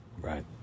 Right